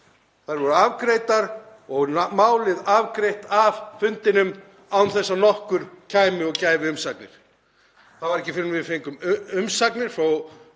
Þær voru afgreiddar og málið afgreitt af fundinum án þess að nokkur kæmi og gæfi umsagnir. Það var ekki fyrr en við fengum umsagnir frá